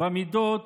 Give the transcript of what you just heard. במידות